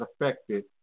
affected